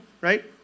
Right